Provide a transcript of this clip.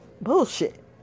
bullshit